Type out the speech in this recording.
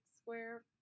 square